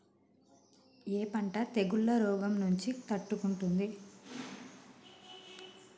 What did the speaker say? ఏ పంట తెగుళ్ల రోగం నుంచి తట్టుకుంటుంది?